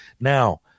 Now